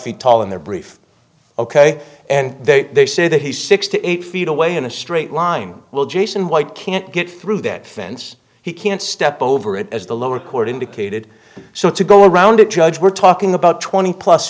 feet tall in their brief ok and they they say that he's six to eight feet away in a straight line will jason white can't get through that fence he can't step over it as the lower court indicated so to go around a judge we're talking about twenty plus